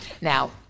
Now